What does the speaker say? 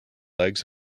legs